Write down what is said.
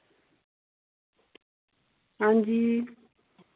हां जी